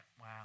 Wow